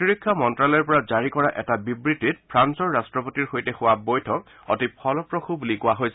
প্ৰতিৰক্ষা মন্তালয়ৰ পৰা জাৰি কৰা এটা বিবৃতিত ফ্ৰান্সৰ ৰাষ্টপতিৰ সৈতে হোৱা বৈঠক অতি ফলপ্ৰসূ বুলি কোৱা হৈছে